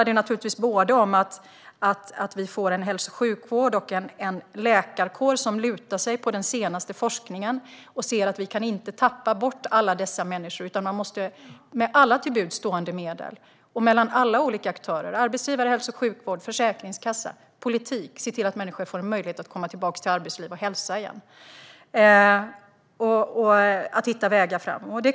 Hälso och sjukvården och läkarkåren måste luta sig mot den senaste forskningen. Vi får inte tappa bort alla dessa människor. Vi måste med alla till buds stående medel, mellan alla aktörer - arbetsgivare, hälso och sjukvård, försäkringskassa, politik - se till att människor får möjlighet att komma tillbaka till arbetsliv och hälsa igen. Vi måste hitta vägar framåt.